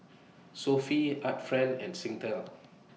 Sofy Art Friend and Singtel